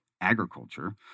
agriculture